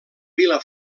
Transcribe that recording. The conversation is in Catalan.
vila